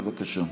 בבקשה.